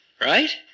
right